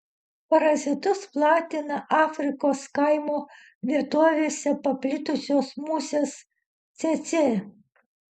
parazitus platina afrikos kaimo vietovėse paplitusios musės cėcė